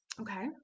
Okay